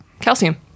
Calcium